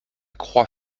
croix